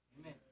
Amen